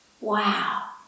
Wow